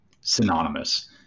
synonymous